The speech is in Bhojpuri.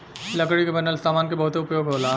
लकड़ी के बनल सामान के बहुते उपयोग होला